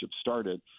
started